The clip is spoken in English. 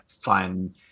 fun